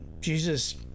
Jesus